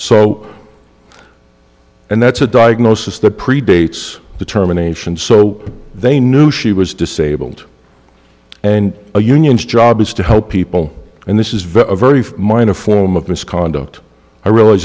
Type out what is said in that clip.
so and that's a diagnosis that predates the terminations so they knew she was disabled and a union's job is to help people and this is very very minor form of misconduct i realize